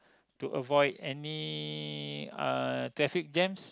to avoid any uh traffic jams